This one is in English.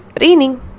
raining